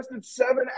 seven